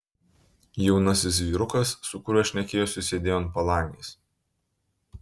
jaunasis vyrukas su kuriuo šnekėjosi sėdėjo ant palangės